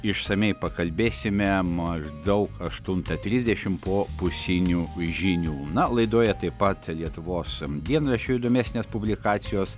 išsamiai pakalbėsime maždaug aštuntą trisdešim po pusinių žinių na laidoje taip pat lietuvos dienraščių įdomesnės publikacijos